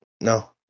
no